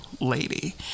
lady